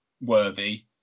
worthy